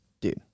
dude